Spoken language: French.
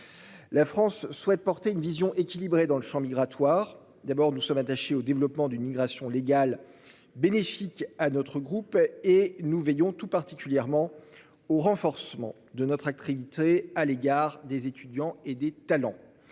La France souhaite porter une vision équilibrée dans le champ migratoire d'abord nous sommes attachés au développement d'une migration légale bénéfique à notre groupe et nous veillons tout particulièrement. Au renforcement de notre activité à l'égard des étudiants et des talents.